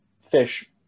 fish